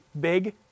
big